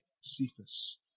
Cephas